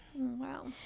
Wow